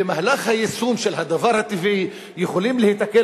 במהלך היישום של הדבר הטבעי יכולים להיתקל